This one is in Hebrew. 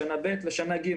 בשנה ב' ובשנה ג'.